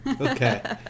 Okay